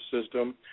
system